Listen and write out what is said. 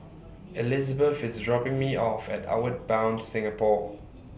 Elizebeth IS dropping Me off At Outward Bound Singapore